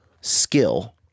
skill